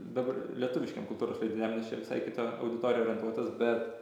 dabar lietuviškiem kultūros leidiniam nes čia visai į kita auditoriją orientuotas bet